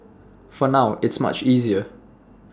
for now it's much easier